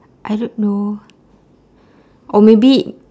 I don't know or maybe